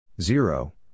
Zero